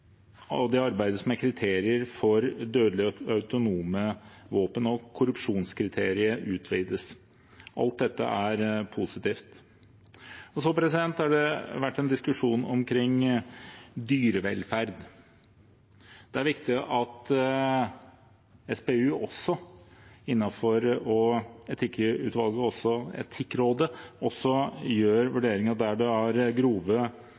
Det arbeides fortsatt med spørsmålet om å innføre et kriterium for dødelige autonome våpen. Korrupsjonskriteriet utvides. Alt dette er positivt. Det har vært en diskusjon omkring dyrevelferd. Det er viktig at SPU, ved Etikkutvalget og Etikkrådet, også gjør vurderinger der det er grove